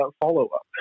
follow-up